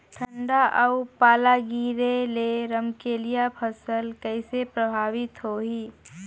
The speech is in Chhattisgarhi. ठंडा अउ पाला गिरे ले रमकलिया फसल कइसे प्रभावित होही?